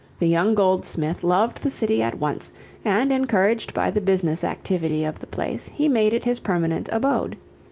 the young goldsmith loved the city at once and, encouraged by the business activity of the place, he made it his permanent abode.